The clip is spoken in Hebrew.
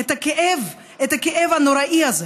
את הכאב הנוראי הזה